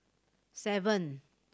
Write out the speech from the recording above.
seven